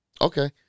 Okay